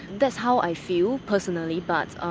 that's how i feel personally, but